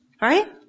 Right